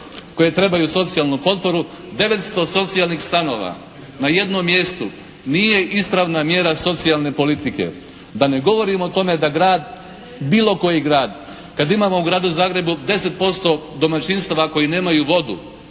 koje trebaju socijalnu potporu. 900 socijalnih stanova na jednom mjestu nije ispravna mjera socijalne politike. Da ne govorim o tome da grad, bilo koji grad, kad imamo u gradu Zagrebu 10% domaćinstava koji nemaju vodu